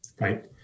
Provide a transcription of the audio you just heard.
Right